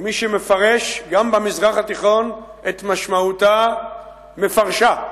ומי שמפרש, גם במזרח התיכון, את משמעותה, מפרשה.